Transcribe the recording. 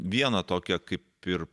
vieną tokią kaip ir